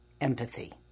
empathy